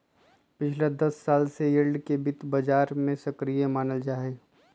पिछला दस साल से यील्ड के वित्त बाजार में सक्रिय मानल जाहई